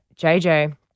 JJ